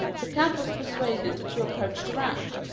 the cat was persuaded to approach the rat.